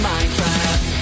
Minecraft